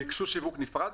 הם ביקשו שיווק נפרד?